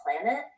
planet